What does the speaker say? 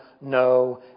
no